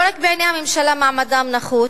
לא רק בעיני הממשלה מעמדם נחות,